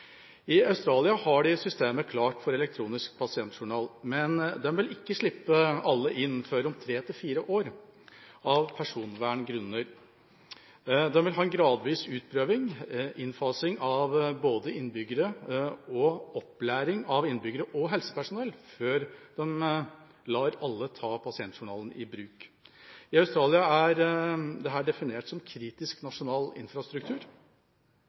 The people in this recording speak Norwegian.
I Australia har de systemer klare for elektronisk pasientjournal, men de vil ikke slippe alle inn før om tre–fire år – av personverngrunner. De vil ha en gradvis utprøving og innfasing og opplæring av innbyggere og helsepersonell før de lar alle ta pasientjournalen i bruk. I Australia er dette definert som kritisk nasjonal infrastruktur.